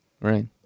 right